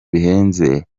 bihenze